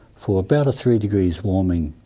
for about a three degrees warming,